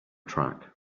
track